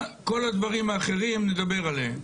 כל הדברים האחרים נדבר עליהם.